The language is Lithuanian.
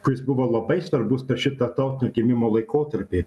kuris buvo labai svarbus per šitą tautinio atgimimo laikotarpį